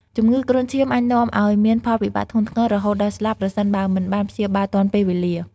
ជំងឺគ្រុនឈាមអាចនាំឱ្យមានផលវិបាកធ្ងន់ធ្ងរ រហូតដល់ស្លាប់ប្រសិនបើមិនបានព្យាបាលទាន់ពេលវេលា។